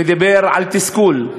ודיבר על תסכול,